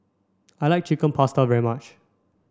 I like Chicken Pasta very much